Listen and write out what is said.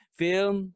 film